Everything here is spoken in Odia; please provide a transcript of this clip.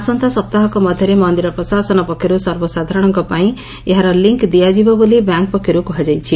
ଆସନ୍ତା ସପ୍ତାହକ ମଧ୍ଧରେ ମନ୍ଦିର ପ୍ରଶାସନ ପକ୍ଷରୁ ସର୍ବସାଧାରଶଙ୍କ ପାଇଁ ଏହାର ଲିଙ୍ଙ୍ ଦିଆଯିବ ବୋଲି ବ୍ୟାଙ୍କ ପକ୍ଷରୁ କୁହାଯାଇଛି